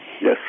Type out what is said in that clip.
Yes